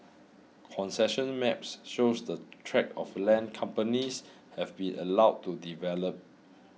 concession maps shows the tracts of land companies have been allowed to develop